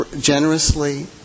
generously